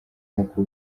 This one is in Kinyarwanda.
nkuko